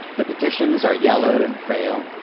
the petitions are yellowed and frail,